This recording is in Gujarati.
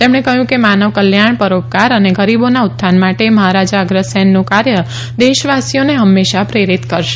તેમણે કહ્યં કે માનવ કલ્યાણ પરોપકાર અને ગરીબોના ઉત્થાન માટે મહારાજા અગ્રસેનનું કાર્ય દેશવાસીઓને હંમેશા પ્રેરિત કરશે